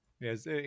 yes